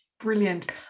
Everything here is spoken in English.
brilliant